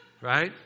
Right